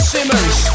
Simmons